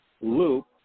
loop